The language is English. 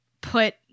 put